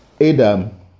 Adam